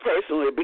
personally